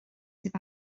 sydd